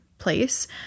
place